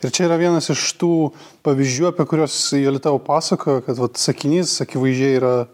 ir čia yra vienas iš tų pavyzdžių apie kuriuos jolita jau pasakojo kad vat sakinys akivaizdžiai yra